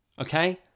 Okay